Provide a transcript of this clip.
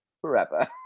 forever